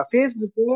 Facebook